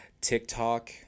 TikTok